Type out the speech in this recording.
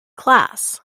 class